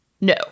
no